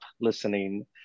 listening